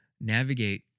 navigate